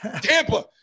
Tampa